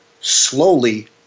slowly